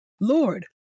Lord